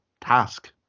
task